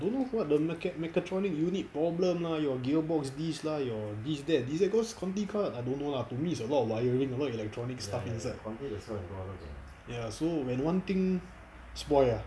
don't know what the meka~ megatronic unit problem lah your gear box this lah your this that this that got conti car I don't know lah to me is a lot of wiring a lot of electronics stuff inside ya so when one thing spoil ah